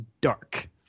dark